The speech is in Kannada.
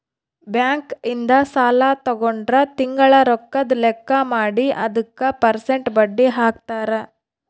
ಬ್ಯಾಂಕ್ ಇಂದ ಸಾಲ ತಗೊಂಡ್ರ ತಿಂಗಳ ರೊಕ್ಕದ್ ಲೆಕ್ಕ ಮಾಡಿ ಅದುಕ ಪೆರ್ಸೆಂಟ್ ಬಡ್ಡಿ ಹಾಕ್ತರ